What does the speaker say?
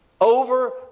over